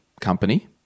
company